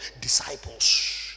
disciples